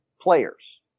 players